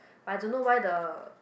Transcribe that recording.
but I don't know why the